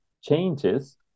changes